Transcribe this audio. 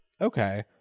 Okay